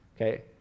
okay